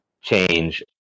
change